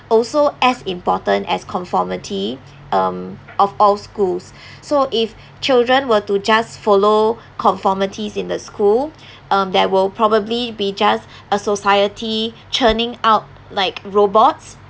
also as important as conformity um of all schools so if children were to just follow conformities in the school um there will probably be just a society churning out like robots